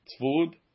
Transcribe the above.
Food